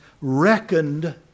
reckoned